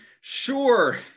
sure